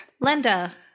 Linda